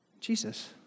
Jesus